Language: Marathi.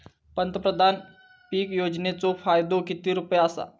पंतप्रधान पीक योजनेचो फायदो किती रुपये आसा?